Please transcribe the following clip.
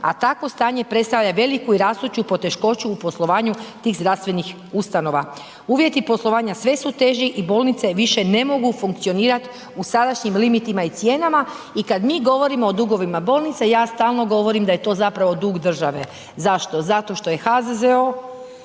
a takvo stanje predstavlja veliku i rastuću poteškoću u poslovanju tih zdravstvenih ustanova. Uvjeti poslovanja sve su teži i bolnica više ne mogu funkcionirati u sadašnjim limitima i cijenama i kad mi govorimo o dugovima bolnice, ja stalno govorim da je to zapravo dug države. Zašto? Zato što je HZZO